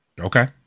Okay